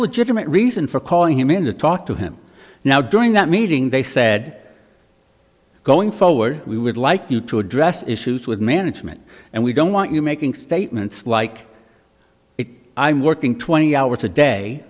legitimate reason for calling him in to talk to him now during that meeting they said going forward we would like you to address issues with management and we don't want you making statements like it i'm working twenty hours a day